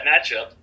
matchup